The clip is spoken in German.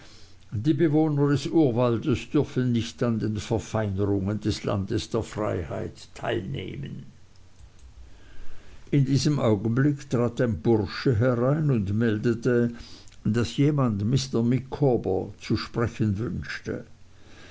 die bewohner des urwaldes dürfen nicht an den verfeinerungen des landes der freiheit teilnehmen in diesem augenblick trat ein bursche herein und meldete daß jemand mr micawber zu sprechen wünschte